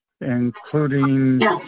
including